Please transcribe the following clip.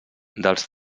dels